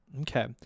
Okay